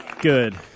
Good